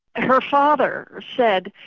and her father said,